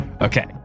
Okay